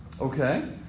Okay